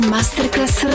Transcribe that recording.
Masterclass